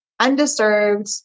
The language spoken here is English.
undisturbed